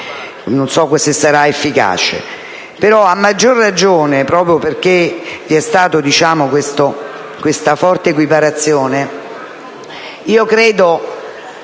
non so se sarà efficace. A maggior ragione, proprio perché vi è stata questa forte equiparazione, incongrua,